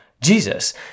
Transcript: Jesus